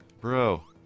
bro